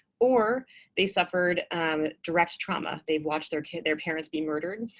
or they suffered direct trauma. they've watched their their parents be murdered.